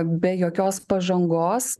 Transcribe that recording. be jokios pažangos